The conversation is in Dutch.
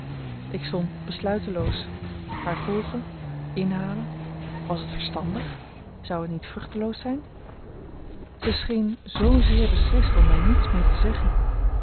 ik stond besluiteloos haar volgen inhalen was het verstandig zou het niet vruchteloos zijn zij scheen zoozeer beslist om mij niets meer te zeggen